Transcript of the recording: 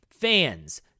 fans